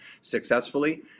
successfully